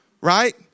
right